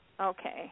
Okay